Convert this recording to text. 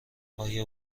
آیا